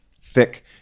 thick